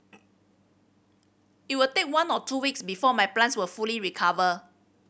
it will take one or two weeks before my plants will fully recover